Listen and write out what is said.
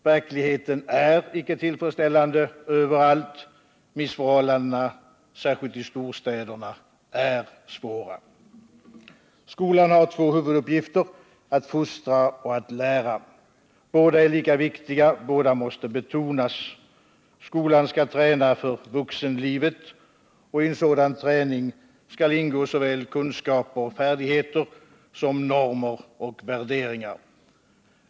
Verkligheten är icke tillfredsställande överallt. Missförhållandena, särskilt i storstäderna, är svåra. Skolan har två huvuduppgifter: att fostra och att lära. Båda är lika viktiga, båda måste betonas. Skolan skall träna för vuxenlivet, och i en sådan träning skall ingå såväl kunskaper och färdigheter som normer och värderingar.